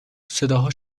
صداها